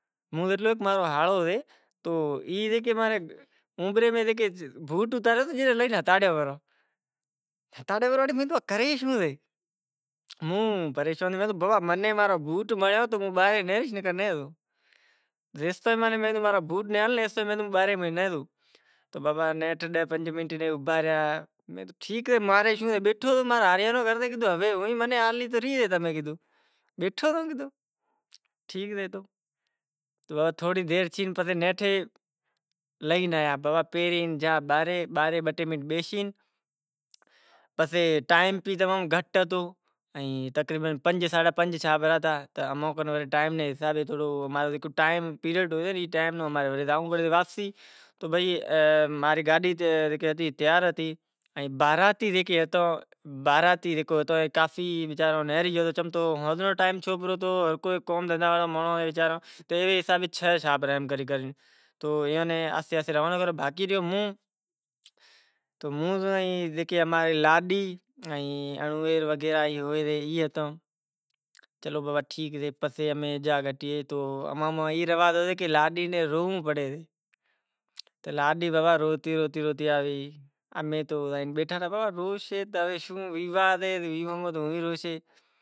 وری زانڑوں پڑے سے ساگی جکے بیٹھک میں پہریں بیہاریوں سے او ساگی میں زانڑو پڑے سے۔ پسی ای رسم کرے ورے اماڑی تھوڑا گھنڑو رسم ہوئے تو وڑے زانڑو پڑے واپسی تو بابا امیں اینے جا وڑے اماں رے رواج میں روٹلو کھورائنڑ لائے منگوائے سیں جیکے اماں کنے بوٹ پہراواے واڑو ہوسے تو میں کھادھیوں تو نیرانے چکر تھیو تو موں۔